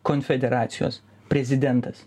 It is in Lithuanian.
konfederacijos prezidentas